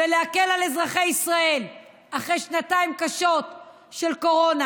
ולהקל על אזרחי ישראל אחרי שנתיים קשות של קורונה,